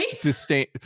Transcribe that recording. Disdain